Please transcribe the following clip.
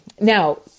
now